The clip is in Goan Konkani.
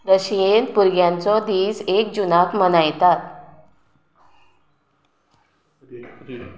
रशियेंत भुरग्यांचो दीस एक जुनाक मनयतात